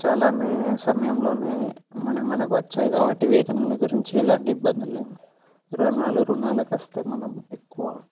చాలానే సమయంలోనే మనం మనకి వచ్చాయి కాబట్టి వేతనాల గురించి ఎలాంటి ఇబ్బందులు లేవు ఋణాలు ఋణాలకొస్తే మనం ఎక్కువ